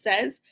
says